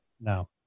No